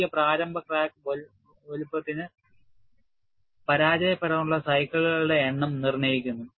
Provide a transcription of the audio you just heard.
നൽകിയ പ്രാരംഭ ക്രാക്ക് വലുപ്പത്തിന് പരാജയപ്പെടാനുള്ള സൈക്കിളുകളുടെ എണ്ണം നിർണ്ണയിക്കുന്നു